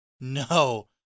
No